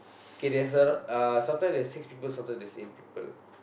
K there's a uh sometimes there's six people sometimes there's eight people